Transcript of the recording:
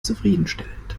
zufriedenstellend